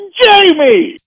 jamie